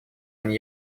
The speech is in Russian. они